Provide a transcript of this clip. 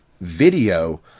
video